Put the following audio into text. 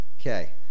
Okay